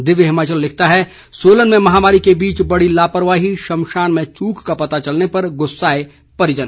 दिव्य हिमाचल लिखता है सोलन में महामारी के बीच बड़ी लापरवाही शमशान में चूक का पता चलने पर गुस्साए परिजन